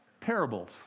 parables